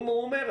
הוא אומר,